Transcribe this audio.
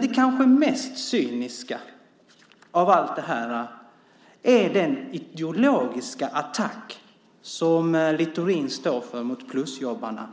Det kanske mest cyniska av allt är den ideologiska attack som Littorin står för mot plusjobbarna,